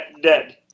dead